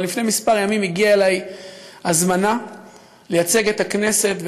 אבל לפני מספר ימים הגיעה אלי הזמנה לייצג את הכנסת,